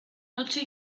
noche